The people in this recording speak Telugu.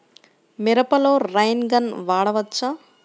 మిరపలో రైన్ గన్ వాడవచ్చా?